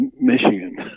Michigan